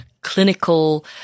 clinical